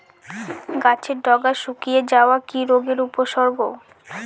গাছের ডগা শুকিয়ে যাওয়া কি রোগের উপসর্গ?